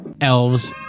elves